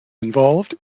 involved